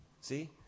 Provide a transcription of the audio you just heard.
See